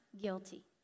guilty